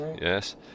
yes